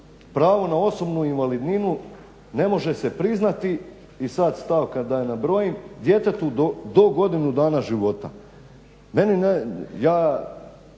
pravo na osobnu invalidninu ne može se priznati i sad stavka da je nabrojim djetetu do godinu dana života.